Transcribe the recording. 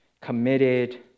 committed